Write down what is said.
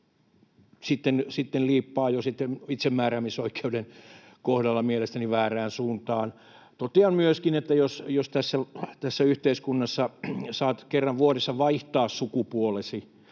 sitten liippaa jo itsemääräämisoikeuden kohdalla mielestäni väärään suuntaan. Totean myöskin, että jos tässä yhteiskunnassa saat kerran vuodessa vaihtaa sukupuolesi,